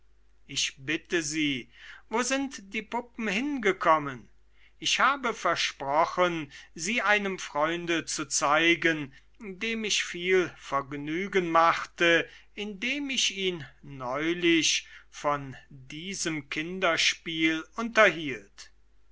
ich bitte sie wo sind die puppen hingekommen ich habe versprochen sie einem freunde zu zeigen dem ich viel vergnügen machte indem ich ihn neulich von diesem kinderspiel unterhielt